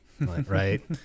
right